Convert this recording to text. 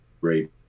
great